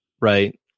right